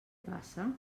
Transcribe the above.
passa